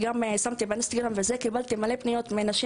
פרסמתי פוסט ב-Instagram וקיבלתי פניות ממלא נשים,